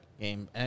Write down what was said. game